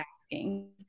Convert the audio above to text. asking